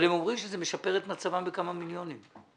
אבל הם אומרים שזה משפר את מצבם בכמה מיליוני שקלים.